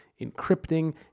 encrypting